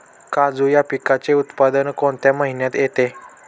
काजू या पिकाचे उत्पादन कोणत्या महिन्यात येते?